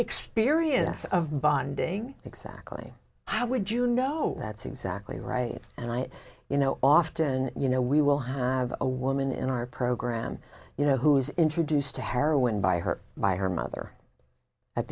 experience of bonding exactly i would you know that's exactly right and i you know often you know we will have a woman in our program you know who was introduced to heroin by her by her mother at